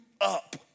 up